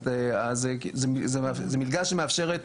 זאת מלגה שמאפשרת